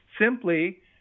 simply